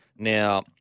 Now